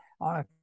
on